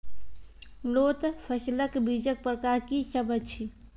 लोत फसलक बीजक प्रकार की सब अछि?